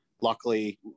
luckily